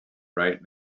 right